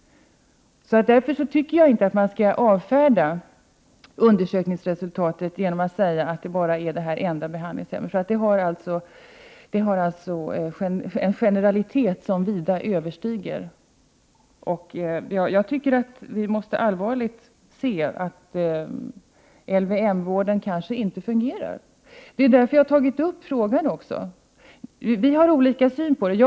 Därför tycker jag inte att man skall avfärda undersökningsresultatet genom att säga att det bara gäller ett enda behandlingshem. Det har alltså en allmängiltighet som vida överstiger det. Jag tycker att vi måste ta misstankarna om att LVM-vården kanske inte fungerar på allvar. Det är därför jag har tagit upp frågan. Socialministern och jag har olika syn på det här.